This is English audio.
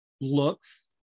looks